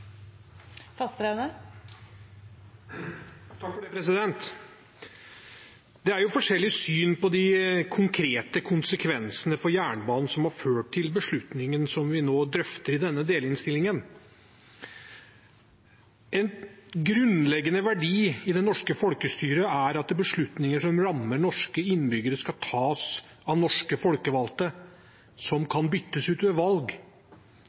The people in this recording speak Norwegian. Det er forskjellig syn på de konkrete konsekvensene for jernbanen som har ført til beslutningen som vi nå drøfter i denne delinnstillingen. En grunnleggende verdi i det norske folkestyret er at beslutninger som rammer norske innbyggere, skal tas av norske folkevalgte som kan byttes ut ved valg.